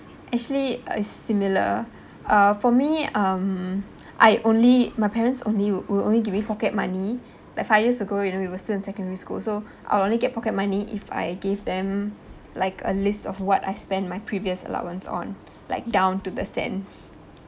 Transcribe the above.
actually uh it's similar uh for me um I only my parents only wi~ will only give me pocket money like five years ago you know we were still in secondary school so I'll only get pocket money if I gave them like a list of what I spend my previous allowance on like down to the cents